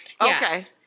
Okay